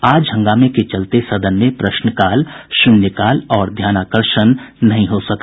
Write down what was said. आज हंगामे के चलते सदन में प्रश्नकाल शून्यकाल और ध्यानाकर्षण नहीं हो सका